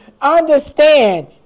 Understand